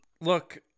look